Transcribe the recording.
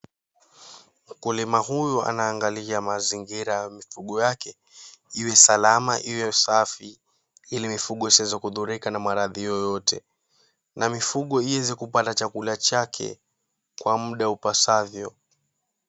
Mkulima huyu anaangalia mazingira ya mifugo yake iwe salama, iwe safi ili mifugo isiweze kuhudhurika na maradhi yoyote na mifugo iweze kupata chakula chake kwa muda upasavyo.